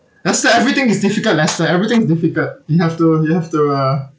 lester everything is difficult lester everything is difficult you have to you have to uh